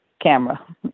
camera